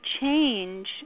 change